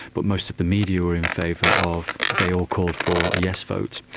but most of the media were in favour of, they all called for a yes vote.